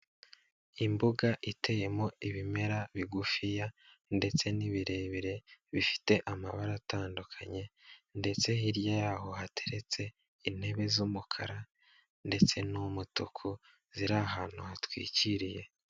Imbuga iteyemo ibimera bigufiya ndetse n'ibirebire bifite amabara atandukanye ndetse hirya y'aho hateretse intebe z'umukara ndetse n'umutuku ziri ahantu hatwikiriye.